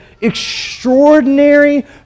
extraordinary